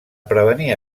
prevenir